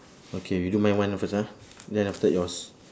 okay we do my one the first ah then after that yours